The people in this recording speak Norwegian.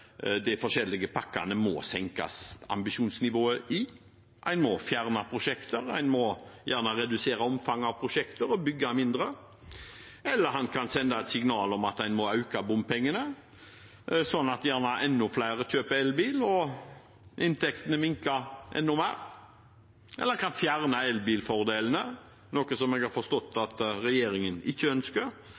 de forskjellige pakkene må senkes, en må fjerne prosjekter, en må gjerne redusere omfanget av prosjekter og bygge mindre, eller han kan sende et signal om at en må øke bompengene, sånn at gjerne enda flere kjøper elbil og inntektene minker enda mer, eller han kan fjerne elbilfordelene, noe jeg har forstått at regjeringen ikke ønsker,